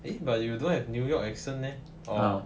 eh but you don't have New York accent eh or